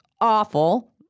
awful